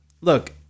look